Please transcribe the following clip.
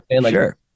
sure